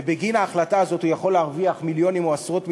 ובגין ההחלטה הזאת הוא יכול להרוויח מיליונים או עשרות מיליונים,